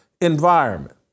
environment